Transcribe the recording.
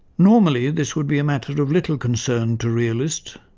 normally, this would be a matter of little concern to realists,